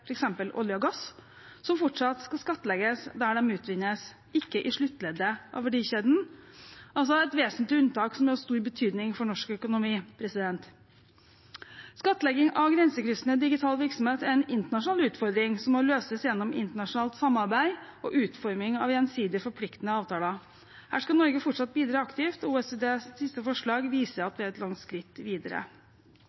olje og gass, som fortsatt skal skattlegges der de utvinnes, ikke i sluttleddet av verdikjeden – altså et vesentlig unntak som er av stor betydning for norsk økonomi. Skattlegging av grensekryssende digital virksomhet er en internasjonal utfordring som må løses gjennom internasjonalt samarbeid og utforming av gjensidig forpliktende avtaler. Her skal Norge fortsatt bidra aktivt, og OECDs siste forslag viser at